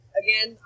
again